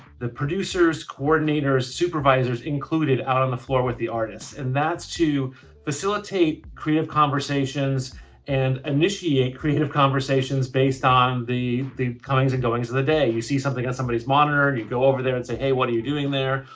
the producers, coordinators, supervisors included out on the floor with the artists, and that's to facilitate creative conversations and initiate creative conversations based on the the comings and goings of the day. you see something on somebody's monitor, and you go over there and say, hey, what are you doing there?